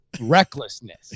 recklessness